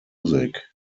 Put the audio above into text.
music